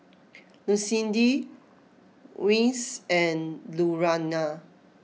Lucindy Reece and Lurana